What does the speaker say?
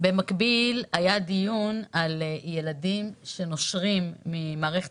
כשבמקביל היה דיון על ילדים שנושרים ממערכת